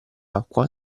acqua